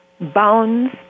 Bones